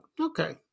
okay